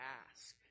ask